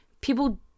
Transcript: people